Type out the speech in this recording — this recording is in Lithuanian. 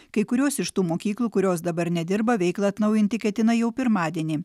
kai kurios iš tų mokyklų kurios dabar nedirba veiklą atnaujinti ketina jau pirmadienį